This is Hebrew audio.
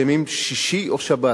ביום שישי או בשבת.